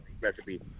recipe